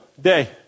day